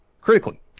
critically